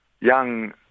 Young